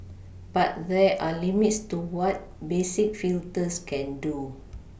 but there are limits to what basic filters can do